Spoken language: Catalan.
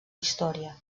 història